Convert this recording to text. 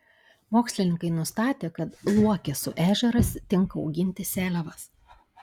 mokslininkai nustatė kad luokesų ežeras tinka auginti seliavas